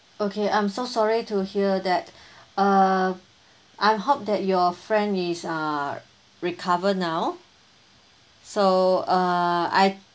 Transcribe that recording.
okay I'm so sorry to hear that uh I hope that your friend is uh recovered now so uh I